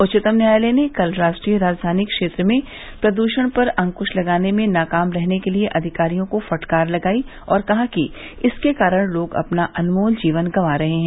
उच्चतम न्यायालय ने कल राष्ट्रीय राजधानी क्षेत्र में प्रदूषण पर अंकुश लगाने में नाकाम रहने के लिए अधिकारियों को फटकार लगायी और कहा कि इसके कारण लोग अपना अनमोल जीवन गंवा रहे हैं